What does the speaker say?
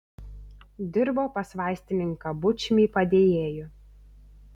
dirbo pas vaistininką bučmį padėjėju